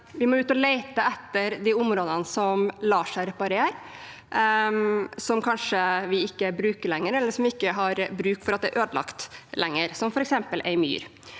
Vi må ut og lete etter de områdene som lar seg reparere, som vi kanskje ikke bruker lenger, eller som vi ikke har bruk for at er ødelagt lenger, som f.eks. ei myr.